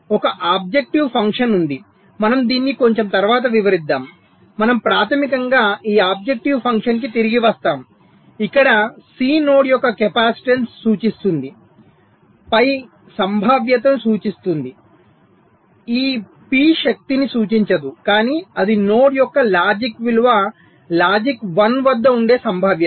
ఒక objective function ఉంది మనము దీనిని కొంచెం తరువాత వివరిద్దాం మనం ప్రాథమికంగా ఈ ఆబ్జెక్టివ్ ఫంక్షన్ కి తిరిగి వస్తాము ఇక్కడ సి నోడ్ యొక్క కెపాసిటెన్స్ను సూచిస్తుంది పై సంభావ్యతను సూచిస్తుంది ఈ పి శక్తిని సూచించదు కానీ అది నోడ్ యొక్క లాజిక్ విలువ లాజిక్ 1 వద్ద ఉండే సంభావ్యత